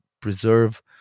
preserve